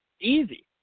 Easy